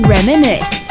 Reminisce